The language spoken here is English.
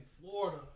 Florida